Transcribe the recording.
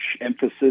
emphasis